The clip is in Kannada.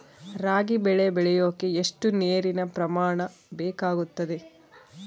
ರಾಗಿ ಬೆಳೆ ಬೆಳೆಯೋಕೆ ಎಷ್ಟು ನೇರಿನ ಪ್ರಮಾಣ ಬೇಕಾಗುತ್ತದೆ?